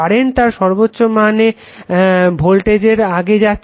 current তার সর্বোচ্চ মানে ভোল্টেজের আগে যাচ্ছে